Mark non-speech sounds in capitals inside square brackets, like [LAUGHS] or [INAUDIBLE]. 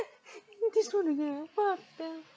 [LAUGHS] this one want to nag what until